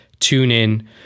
TuneIn